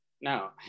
No